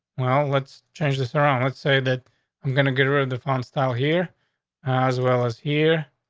well, let's change this around. let's say that i'm going to get rid of the funds style here as well as here.